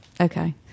okay